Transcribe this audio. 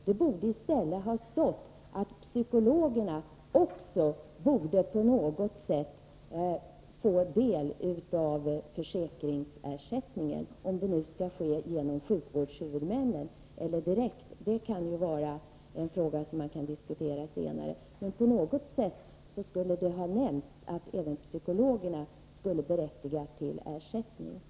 Det borde i stället ha stått att psykologerna också på något sätt skall få del av försäkringsersättningen. Om det skall ske genom sjukvårdshuvudmännen eller direkt är en fråga som man kan diskutera senare, men på något sätt borde det ha nämnts att även den behandling som ges av psykologerna skulle berättiga till ersättning.